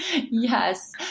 Yes